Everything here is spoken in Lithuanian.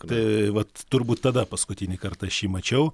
tai vat turbūt tada paskutinį kartą aš jį mačiau